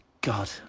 God